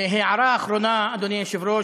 הערה אחרונה, אדוני היושב-ראש,